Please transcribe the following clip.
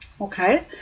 Okay